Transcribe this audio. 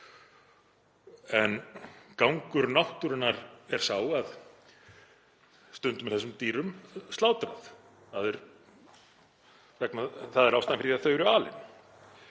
sín. Gangur náttúrunnar er sá að stundum er þessum dýrum slátrað, það er ástæðan fyrir því að þau eru alin,